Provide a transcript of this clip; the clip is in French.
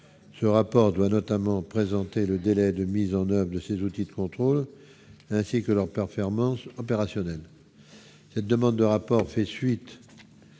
ce rapport doit notamment présenter le délai de mise en oeuvre de ces outils de contrôle ainsi que leur père ferment opérationnel cette demande de rapport fait suite